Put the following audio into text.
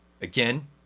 again